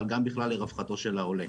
אבל גם בכלל לרווחתו של העולה.